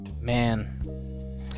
Man